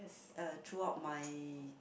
uh throughout my